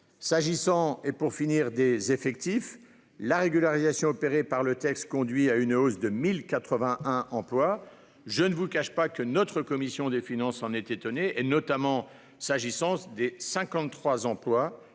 S'agissant, enfin, des effectifs, la régularisation opérée par le texte conduit à une hausse de 1081 emplois. Je ne vous cache pas que la commission des finances s'en est étonnée, notamment s'agissant des 53 emplois